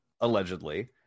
allegedly